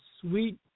sweet